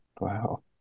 Wow